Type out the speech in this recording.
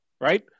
right